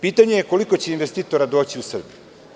Pitanje je koliko će investitora doći u Srbiju.